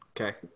Okay